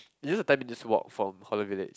use the time in this walk from Holland-Village